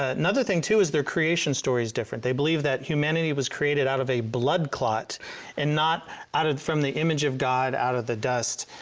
ah another thing too is their creation story is different. they believe that humanity was created out of a blood clot and not and from the image of god out of the dust.